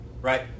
right